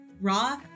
Raw